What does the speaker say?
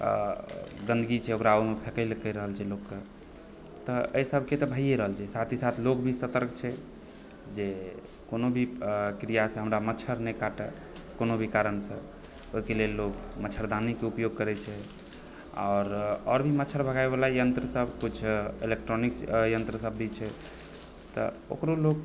गन्दगी छै ओकरा ओहिमे फेकय ला कहि रहल छै लोकलकेँ तऽ एहिसभकेँ तऽ भइए रहल छै साथ ही साथ लोग भी सतर्क छै जे कोनो भी क्रियासे हमरा मच्छर नहि काटय कोनो भी कारणसँ ओहिके लेल लोग मच्छरदानीके उपयोग करय छै आओर आओर भी मच्छर भगावैवला यन्त्र सभ कुछ इलेट्रॉनिक यन्त्रसभ भी छै तऽ ओकरो लोग